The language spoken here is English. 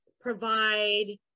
provide